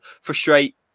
frustrate